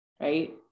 right